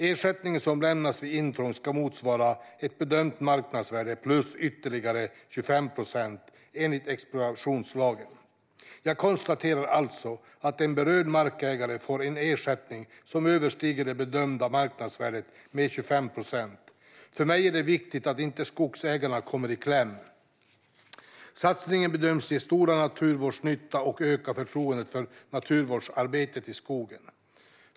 Ersättningen som lämnas vid intrång ska motsvara ett bedömt marknadsvärde plus ytterligare 25 procent, enligt expropriationslagen. Jag konstaterar alltså att en berörd markägare får en ersättning som överstiger det bedömda marknadsvärdet med 25 procent. För mig är det viktigt att inte skogsägarna kommer i kläm. Satsningen bedöms ge stor naturvårdsnytta och ökar förtroendet för naturvårdsarbetet i skogen.